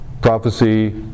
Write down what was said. prophecy